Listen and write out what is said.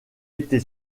été